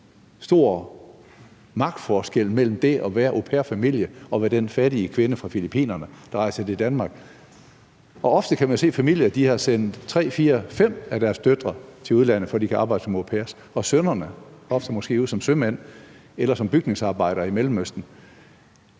ekstremt stor magtforskel mellem det at være au pair-familie og være den fattige kvinde fra Filippinerne, der rejser til Danmark. Ofte kan man se, at familier har sendt tre, fire, fem af deres døtre til udlandet, for at de kan arbejde som au pair, og ofte måske også har sendt deres sønner ud som sømænd eller som bygningsarbejdere i Mellemøsten.